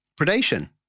predation